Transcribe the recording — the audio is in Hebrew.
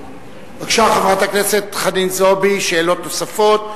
בבקשה, חברת הכנסת חנין זועבי, שאלות נוספות.